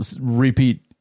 repeat